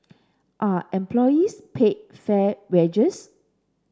are employees paid fair wages